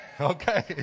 Okay